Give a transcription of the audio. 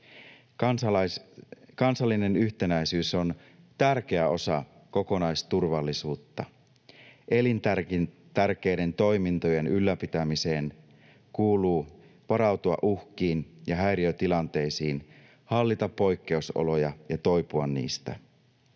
Kansallinen yhtenäisyys on tärkeä osa kokonaisturvallisuutta. Elintärkeiden toimintojen ylläpitämiseen kuuluu varautua uhkiin ja häiriötilanteisiin, hallita poikkeusoloja ja toipua niistä.